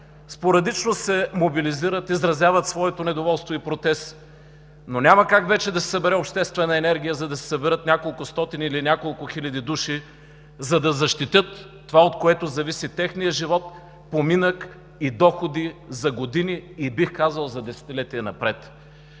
спорадично се мобилизират, изразяват своето недоволство и протест, но няма как вече да се събере обществена енергия, за да се съберат няколко стотин или няколко хиляди души, за да защитят това, от което зависи техният живот, поминък и доходи за години и, бих казал, за десетилетия напред.